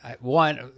One